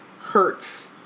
hurts